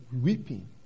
weeping